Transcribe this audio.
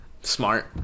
Smart